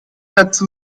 dazu